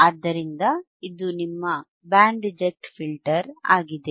ಆದ್ದರಿಂದ ಇದು ನಿಮ್ಮ ಬ್ಯಾಂಡ್ ರಿಜೆಕ್ಟ್ ಫಿಲ್ಟರ್ ಆಗಿದೆ